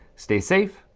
stay safe,